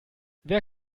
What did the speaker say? wer